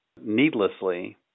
needlessly